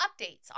updates